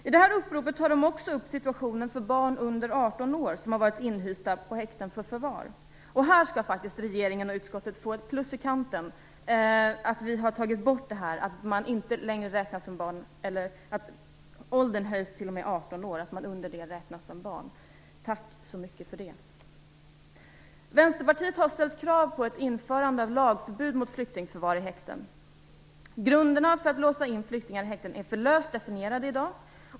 I detta upprop tar de också upp situationen för barn under 18 år som har varit inhysta på häkten för förvar. Här skall faktiskt regeringen och utskottet få ett plus i kanten, för att åldersgränsen för vilka som är barn har höjts till 18 år. Tack så mycket för det! Vänsterpartiet har ställt krav på ett införande av lagförbud mot flyktingförvar i häkte. Grunderna för att låsa in flyktingar i häkten är för löst definierade i dag.